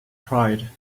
pride